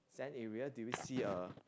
that area do you see a